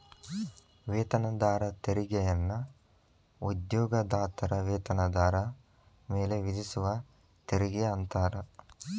ವೇತನದಾರ ತೆರಿಗೆಯನ್ನ ಉದ್ಯೋಗದಾತರ ವೇತನದಾರ ಮೇಲೆ ವಿಧಿಸುವ ತೆರಿಗೆ ಅಂತಾರ